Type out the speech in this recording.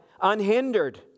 unhindered